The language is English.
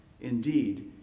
Indeed